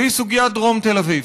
והיא סוגיית דרום תל אביב.